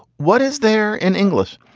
what is there in english?